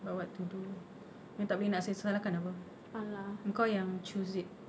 but what to do ni tak boleh salahkan apa kau yang choose it